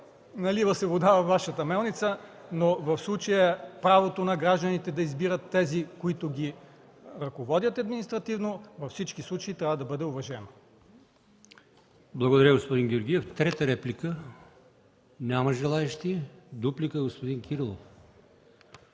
налива се вода във Вашата мелница, но в случая правото на гражданите да избират тези, които ги ръководят административно, във всички случаи трябва да бъде уважено. ПРЕДСЕДАТЕЛ АЛИОСМАН ИМАМОВ: Благодаря, господин Георгиев. Има ли трета реплика? Няма желаещи. Дуплика – господин Кирилов.